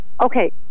okay